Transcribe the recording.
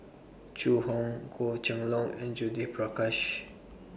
Zhu Hong Goh Kheng Long and Judith Prakash